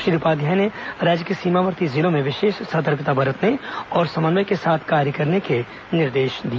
श्री उपाध्याय ने राज्य में सीमावर्ती जिलों में विशेष सतर्कता बरतने और समन्वय से कार्य करने के निर्देश दिए